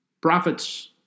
profits